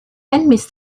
and